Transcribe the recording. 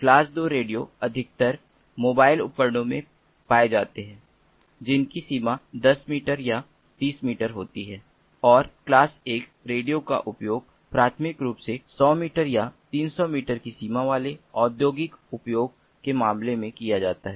class 2 radio अधिकतर mobile उपकरणों में पाए जाते हैं जिनकी सीमा 10 मीटर या 30 फीट होती है और क्लास एक रेडियो का उपयोग प्राथमिक रूप से 100 मीटर या 300 फीट की सीमा वाले औद्योगिक उपयोग के मामलों में किया जाता है